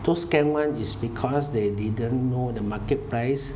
those scam [one] is because they didn't know the market price